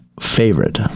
Favorite